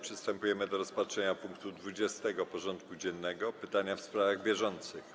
Przystępujemy do rozpatrzenia punktu 20. porządku dziennego: Pytania w sprawach bieżących.